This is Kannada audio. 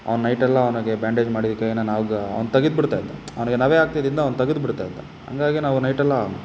ಅವ್ನು ನೈಟೆಲ್ಲ ಅವ್ನಿಗೆ ಬ್ಯಾಂಡೇಜ್ ಮಾಡಿ ಕೈನ ನಾವು ಗಾ ಅವ್ನು ತೆಗೆದ್ ಬಿಡ್ತಾ ಇದ್ದ ಅವನಿಗೆ ನವೆ ಆಗ್ತಿದ್ದಿಂದ ಅವ್ನು ತಗೆದ್ ಬಿಡ್ತಾ ಇದ್ದ ಹಂಗಾಗಿ ನಾವು ನೈಟೆಲ್ಲ